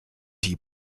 die